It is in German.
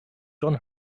john